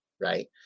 right